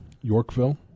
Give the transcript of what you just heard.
Yorkville